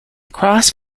cross